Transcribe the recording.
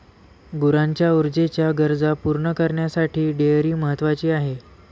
गुरांच्या ऊर्जेच्या गरजा पूर्ण करण्यासाठी डेअरी महत्वाची आहे